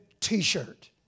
T-shirt